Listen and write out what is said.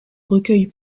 recueille